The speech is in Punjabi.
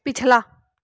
ਪਿਛਲਾ